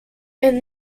and